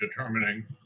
determining